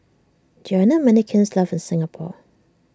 there are not many kilns left in Singapore